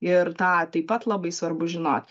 ir tą taip pat labai svarbu žinot